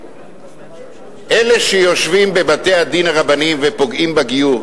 אלה שיושבים בבתי-הדין הרבניים ופוגעים בגיור,